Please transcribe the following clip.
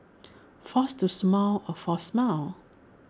force to smile A forced smile